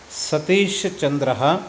सतीश्चन्द्रः